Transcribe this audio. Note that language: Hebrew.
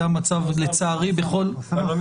זה המצב לצערי בכל --- אוסאמה.